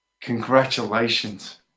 congratulations